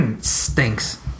stinks